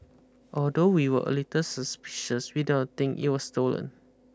although we were a little suspicious we don't not think it was stolen